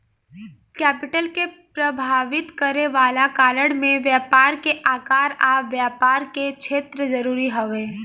capital के प्रभावित करे वाला कारण में व्यापार के आकार आ व्यापार के क्षेत्र जरूरी हवे